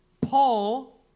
Paul